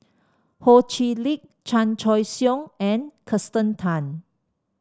Ho Chee Lick Chan Choy Siong and Kirsten Tan